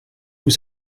vous